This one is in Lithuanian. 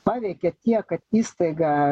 paveikė tiek kad įstaiga